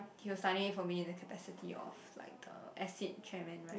he was signing it for me in the capacity of like uh exit chairman right